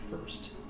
first